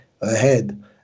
ahead